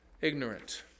ignorant